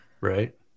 Right